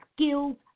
skills